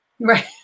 Right